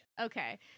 Okay